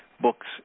books